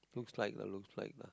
looks like a looks like a